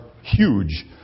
huge